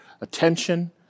attention